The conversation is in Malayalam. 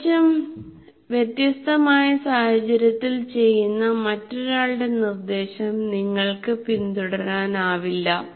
തികച്ചും വ്യത്യസ്തമായ സാഹചര്യത്തിൽ ചെയ്യുന്ന മറ്റൊരാളുടെ നിർദ്ദേശം നിങ്ങൾക്ക് പിന്തുടരാനാവില്ല